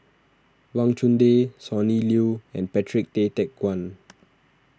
Wang Chunde Sonny Liew and Patrick Tay Teck Guan